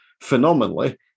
phenomenally